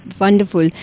Wonderful